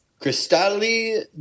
Cristalli